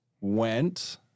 went